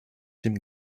dem